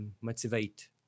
motivate